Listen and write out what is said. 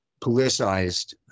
politicized